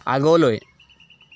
আগলৈ